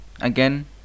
again